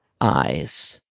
eyes